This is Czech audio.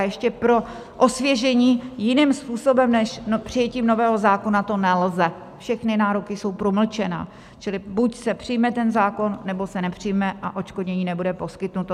Ještě pro osvěžení: jiným způsobem než přijetím nového zákona to nelze, všechny nároky jsou promlčené, čili buď se přijme ten zákon, nebo se nepřijme a odškodnění nebude poskytnuto.